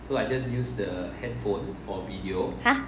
!huh!